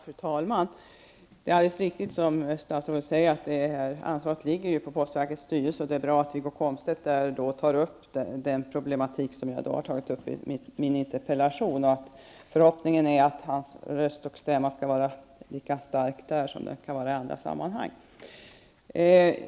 Fru talman! Det är alldeles riktigt som statsrådet säger, att ansvaret ligger på postverkets styrelse, och det är bra att Wiggo Komstedt där tar upp den problematik som jag har redogjort för i min interpellation. Förhoppningen är att hans röst skall vara lika stark där som den kan vara i andra sammanhang.